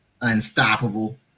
unstoppable